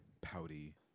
pouty